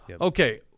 Okay